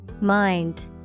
Mind